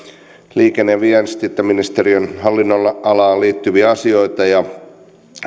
liikenne ja viestintäministeriön hallinnonalaan liittyviä asioita ja